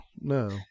no